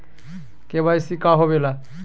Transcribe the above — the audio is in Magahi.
के.वाई.सी का होवेला?